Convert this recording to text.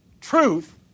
Truth